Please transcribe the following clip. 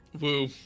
Woo